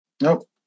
Nope